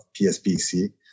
PSPC